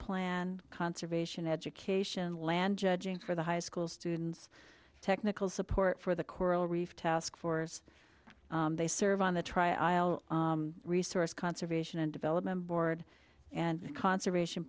plan conservation education land judging for the high school students technical support for the coral reef taskforce they serve on the trial resource conservation and development board and conservation